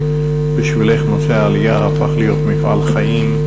שבשבילך נושא העלייה הפך להיות מפעל חיים.